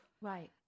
right